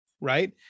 right